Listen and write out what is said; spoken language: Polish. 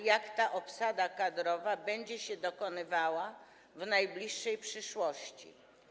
Jak ta obsada kadrowa będzie się dokonywała w najbliższej przyszłości?